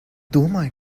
domāju